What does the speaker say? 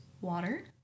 water